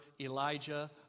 Elijah